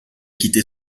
quitter